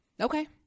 Okay